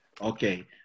Okay